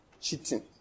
Cheating